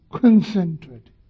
concentrated